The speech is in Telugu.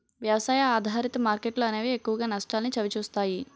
వ్యవసాయ ఆధారిత మార్కెట్లు అనేవి ఎక్కువగా నష్టాల్ని చవిచూస్తాయి